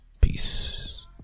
Peace